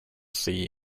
see